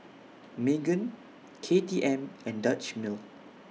Megan K T M and Dutch Mill